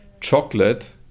chocolate